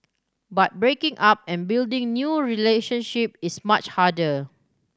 but breaking up and building new relationship is much harder